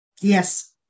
Yes